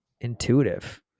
intuitive